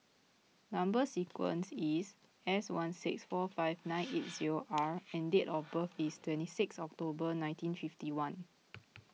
Number Sequence is S one six four five nine eight zero R and date of birth is twenty six October nineteen fifty one